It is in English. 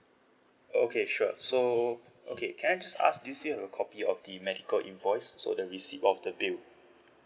okay sure so okay can I just ask do you still have a copy of the medical invoice so the receipt of the bill